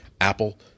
Apple